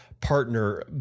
partner